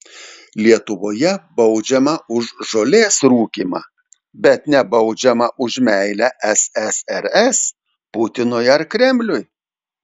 lietuvoje baudžiama už žolės rūkymą bet nebaudžiama už meilę ssrs putinui ar kremliui